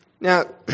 Now